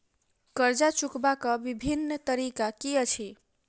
कर्जा चुकबाक बिभिन्न तरीका की अछि?